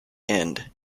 end